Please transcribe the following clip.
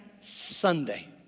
Sunday